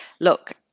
Look